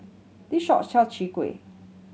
this shop sell Chai Kuih